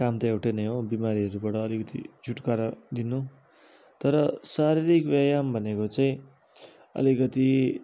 काम त एउटा नै हो बिमारीहरूबाट अलिकति छुटकारा दिनु तर शारीरिक व्यायाम भनेको चाहिँ अलिकति